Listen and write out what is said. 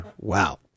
wow